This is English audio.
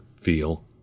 feel